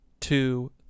two